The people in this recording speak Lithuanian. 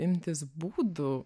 imtis būdų